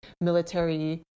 military